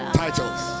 titles